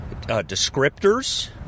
descriptors